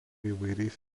įvairiais